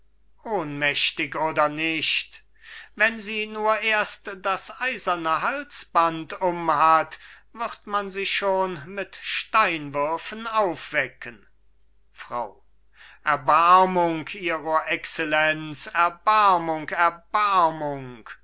junge ohnmächtig oder nicht wenn sie nur erst das eiserne halsband um hat wird man sie schon mit steinwürfen aufwecken frau erbarmung ihro excellenz erbarmung